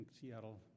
seattle